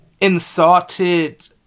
insulted